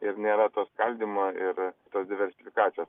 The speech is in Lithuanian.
ir nėra to skaldymo ir tos diversifikacijos